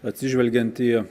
atsižvelgiant į